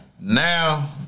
Now